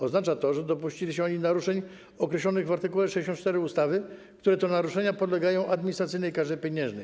Oznacza to, że dopuścili się oni naruszeń określonych w art. 64 ustawy, które to naruszenia podlegają administracyjnej karze pieniężnej.